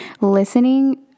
listening